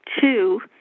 two